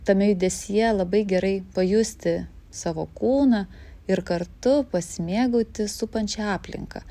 tame judesyje labai gerai pajusti savo kūną ir kartu pasimėgauti supančia aplinka